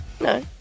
No